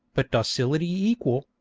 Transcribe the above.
but docility equal,